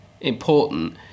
important